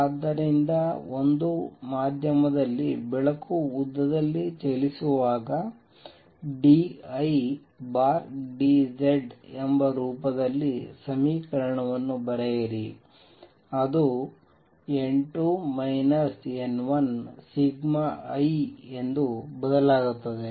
ಆದ್ದರಿಂದ ಒಂದು ಮಾಧ್ಯಮದಲ್ಲಿ ಬೆಳಕು ಉದ್ದದಲ್ಲಿ ಚಲಿಸುವಾಗ d I d Z ಎಂಬ ರೂಪದಲ್ಲಿ ಸಮೀಕರಣವನ್ನು ಬರೆಯಿರಿ ಅದು n2 n1σI ಎಂದು ಬದಲಾಗುತ್ತದೆ